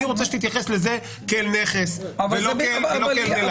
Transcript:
אני רוצה שתתייחס לזה כאל נכס ולא כאל מלאי.